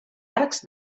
arcs